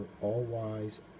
all-wise